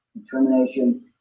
determination